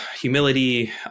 humility